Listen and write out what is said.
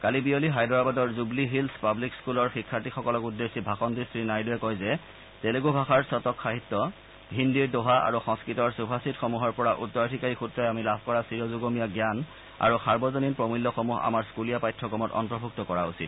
কালি বিয়লি হায়দৰাবাদৰ জুব্লি হিল্ছ পাব্লিক স্থূলৰ শিক্ষাৰ্থীসকলক উদ্দেশ্যি ভাষণ দি শ্ৰীনাইডুৱে কয় যে তেলেণ্ড ভাষাৰ শতক সাহিত্য হিন্দীৰ দোহা আৰু সংস্কৃতৰ সুভাষিতসমূহৰ পৰা উত্তৰাধিকাৰী সূত্ৰে আমি লাভ কৰা চিৰ যুগমীয়া জ্ঞান আৰু সাৰ্বজনী প্ৰমূল্যসমূহ আমাৰ স্কুলীয়া পাঠ্যক্ৰমত অন্তৰ্ভুক্ত কৰা উচিত